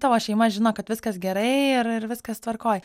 tavo šeima žino kad viskas gerai ir ir viskas tvarkoj